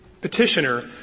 petitioner